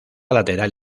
lateral